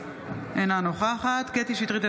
אינה נוכחת קטי קטרין שטרית,